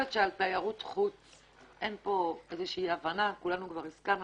על תיירות חוץ כולנו כבר הסכמנו,